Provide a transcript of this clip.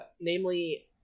namely